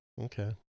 Okay